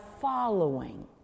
following